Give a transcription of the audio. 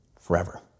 forever